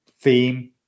theme